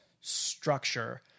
structure